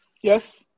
Yes